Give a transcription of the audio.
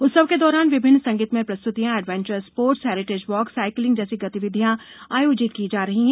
उत्सव के दौरान विभिन्न संगीतमय प्रस्त्तियाँ adventure sports heritage walk cycling जैसी गतिविधियां आयोजित की जा रही हैं